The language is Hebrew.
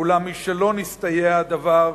אולם משלא נסתייע הדבר,